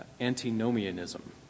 Antinomianism